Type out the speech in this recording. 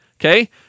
okay